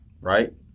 right